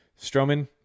Stroman